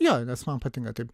jo nes man patinka taip